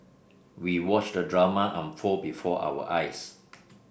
we watched the drama unfold before our eyes